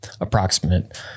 approximate